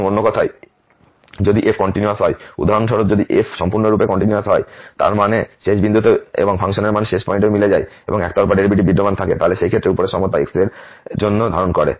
সুতরাং অন্য কথায় যদি f কন্টিনিউয়াস হয় উদাহরণস্বরূপ যদি f সম্পূর্ণরূপে কন্টিনিউয়াসহয় তার মানে শেষ বিন্দুতেও এবং ফাংশনের মান শেষ পয়েন্টেও মিলে যায় এবং একতরফা ডেরিভেটিভ বিদ্যমান থাকে তাহলে সেই ক্ষেত্রে উপরে সমতা সব x এর জন্য ধারণ করে